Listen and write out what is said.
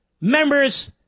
members